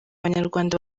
banyarwanda